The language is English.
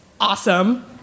awesome